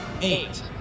Eight